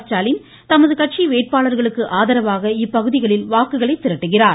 ஸ்டாலின் தமது கட்சி வேட்பாளருக்கு ஆதரவாக இப்பகுதிகளில் வாக்குகளை திரட்டுகிறார்